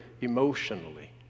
emotionally